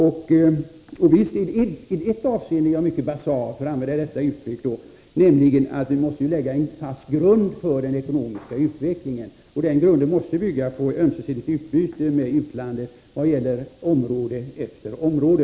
I ett avseende är jag mycket basal, för att använda detta uttryck, nämligen när det gäller att vi måste lägga en fast grund för den ekonomiska utvecklingen. Denna grund måste bygga på ömsesidigt utbyte med utlandet i vad gäller område efter område.